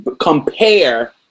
Compare